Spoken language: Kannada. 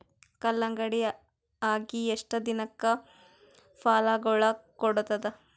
ಕಲ್ಲಂಗಡಿ ಅಗಿ ಎಷ್ಟ ದಿನಕ ಫಲಾಗೋಳ ಕೊಡತಾವ?